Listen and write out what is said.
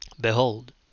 Behold